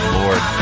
lord